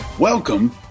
Welcome